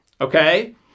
Okay